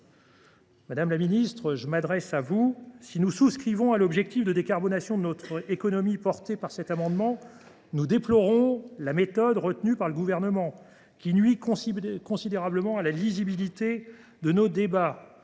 Madame la ministre, si nous souscrivons à l’objectif de décarbonation de notre économie que vise à atteindre cet amendement, nous déplorons la méthode retenue par le Gouvernement, qui nuit considérablement à la lisibilité de nos débats.